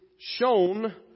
shown